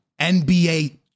nba